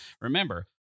remember